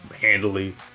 handily